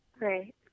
Right